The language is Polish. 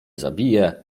zabije